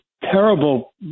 terrible